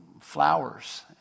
flowers